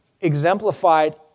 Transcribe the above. exemplified